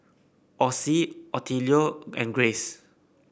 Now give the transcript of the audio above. Ossie Attilio and Grayce